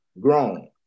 grown